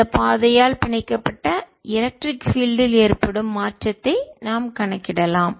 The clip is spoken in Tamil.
இந்த பாதையால் பிணைக்கப்பட்ட எலக்ட்ரிக் பீல்ட் மின்சார புலம் ல் ஏற்படும் மாற்றத்தை நாம் கணக்கிடலாம்